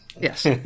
Yes